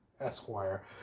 Esquire